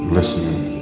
listening